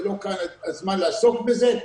לא כאן הזמן לעסוק בזה,